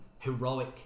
Heroic